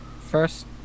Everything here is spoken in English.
first